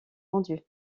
rendu